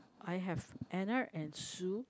I have Anna and Sue